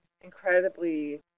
incredibly